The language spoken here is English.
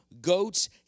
goats